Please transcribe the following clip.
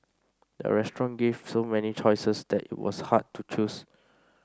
the restaurant gave so many choices that it was hard to choose